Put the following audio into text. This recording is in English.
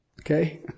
Okay